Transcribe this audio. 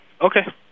Okay